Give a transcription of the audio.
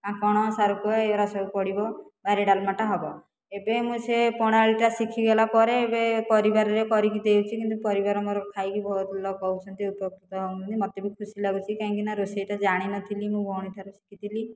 କାଙ୍କଣ ସାରୁପୁଆ ଏଗୁଡ଼ା ସବୁ ପଡ଼ିବ ତାପରେ ଡାଲମାଟା ହେବ ଏବେ ମୁଁ ସେ ପ୍ରଣାଳୀଟାଟା ଶିଖିଗଲା ପରେ ଏବେ ପରିବାରରେ କରିକି ଦେଉଛି କିନ୍ତୁ ପରିବାରରେ ମୋର ଖାଇକି ବହୁତ ଭଲ କହୁଛନ୍ତି ଉପକୃତ ହେଉଛନ୍ତି ମତେ ବି ଖୁସି ଲାଗୁଛି କାହିଁକିନା ରୋଷେଇଟା ଜାଣି ନଥିଲି ମୋ ଭଉଣୀଠାରୁ ଶିଖିଥିଲି